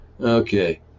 Okay